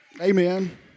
Amen